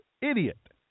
Idiot